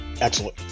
Excellent